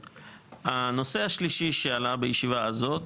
הנושא השלישי שעלה בישיבה הזאת,